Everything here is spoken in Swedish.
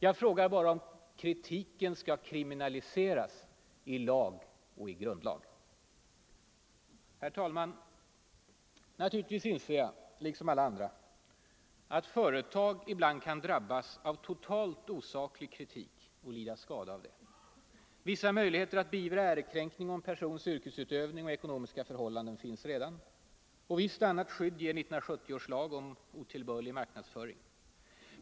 Jag frågar bara om kritiken skall kriminaliseras i lag och i grundlag. Naturligtvis inser jag, liksom alla andra, att företag ibland kan drabbas av totalt osaklig kritik och lida skada av det. Vissa möjligheter att beivra ärekränkning om persons yrkesutövning och ekonomiska förhållanden finns redan. Visst annat skydd ger 1970 års lag om otillbörlig marknadsföring.